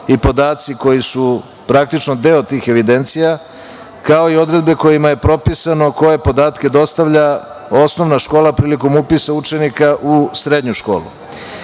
i podaci koji su praktično deo tih evidencija, kao i odredbe kojima je propisano koje podatke dostavlja osnovna škola prilikom upisa učenika u srednju školu. Izmene